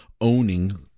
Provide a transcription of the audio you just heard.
owning